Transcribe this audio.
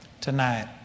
tonight